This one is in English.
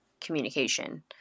communication